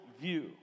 view